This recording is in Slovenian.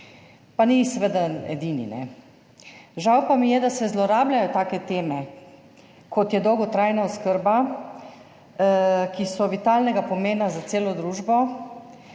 pa ni seveda edini. Žal pa mi je, da se zlorabljajo take teme, kot je dolgotrajna oskrba, ki so vitalnega pomena za celo družbo,